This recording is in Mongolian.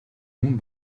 мөн